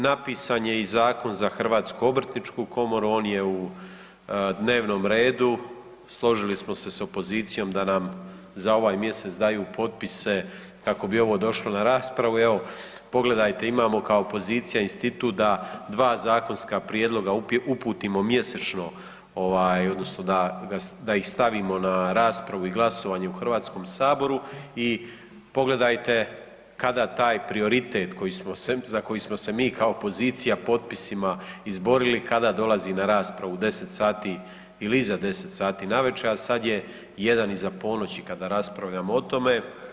Napisan je i zakon za Hrvatsku obrtničku komoru, on je u dnevnom redu, složili smo se s opozicijom da nam za ovaj mjesec daju potpise kako bi ovo došlo na raspravu i evo, pogledajte, imamo kao opozicija institut da dva zakonska prijedloga uputimo mjesečno odnosno da ih stavimo na raspravu i glasovanje u HS-u i pogledajte kada taj prioritet koji smo se, za koji smo se mi kao opozicija potpisima izborili, kada dolazi na raspravu, u 10 sati ili iza 10 sati navečer, a sad je 1 iza ponoći kada raspravljamo o tome.